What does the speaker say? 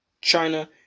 China